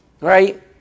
Right